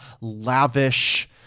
lavish